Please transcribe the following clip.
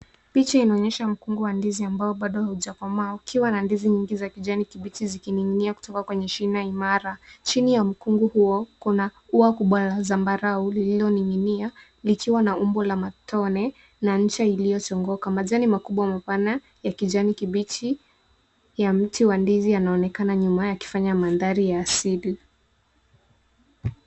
Picha inaonyesha mkungu wa ndizi ambao baado haujakomaa ukiwa na ndizi nyingi za kijani kibichi zikining'inia kutoka kwenye shina imara. Chini ya mkungu huo kuna ua kubwa la zambarau lililoning'inia likiwa na umbo la matone na ncha iliyochongoka. Majani makubwa mapana ya kijani kibichi ya mti wa ndizi yanaonekana nyuma yakifanya mandhari ya asili.